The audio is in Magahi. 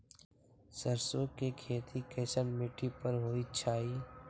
सरसों के खेती कैसन मिट्टी पर होई छाई?